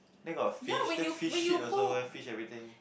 then got a fish then fish shit also eh fish everything